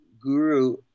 guru